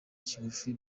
kigufi